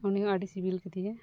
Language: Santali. ᱩᱱᱤᱦᱚᱸ ᱟᱹᱰᱤ ᱥᱤᱵᱤᱞ ᱠᱮᱫᱮ ᱜᱮ